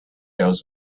goes